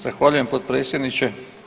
Zahvaljujem potpredsjedniče.